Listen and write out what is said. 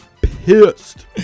pissed